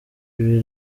ibi